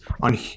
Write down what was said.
on